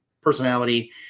personality